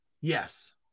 Yes